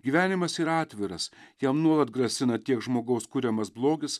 gyvenimas yra atviras jam nuolat grasina tiek žmogaus kuriamas blogis